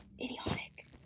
idiotic